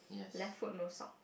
left foot no sock